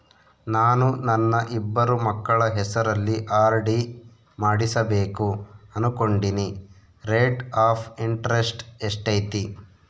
ನಾನು ನನ್ನ ಇಬ್ಬರು ಮಕ್ಕಳ ಹೆಸರಲ್ಲಿ ಆರ್.ಡಿ ಮಾಡಿಸಬೇಕು ಅನುಕೊಂಡಿನಿ ರೇಟ್ ಆಫ್ ಇಂಟರೆಸ್ಟ್ ಎಷ್ಟೈತಿ?